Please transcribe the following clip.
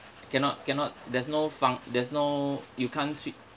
cannot cannot there's no func~ there's no you can't swi~